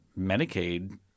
Medicaid